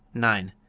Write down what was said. nine.